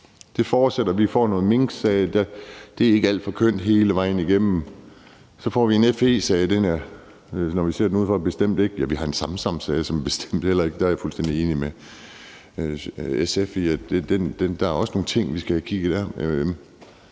Det fortsætter. Vi får noget minksag – det er ikke alt for kønt hele vejen igennem. Så får vi en FE-sag – den er det, når vi ser det udefra, bestemt ikke. Vi har en Samsamsag, som bestemt heller ikke er det – der er jeg fuldstændig enig med SF i, at der også er nogle ting, vi skal have